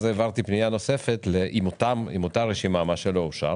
העברתי פנייה נוספת עם אותה רשימה שלא אושרה